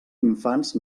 infants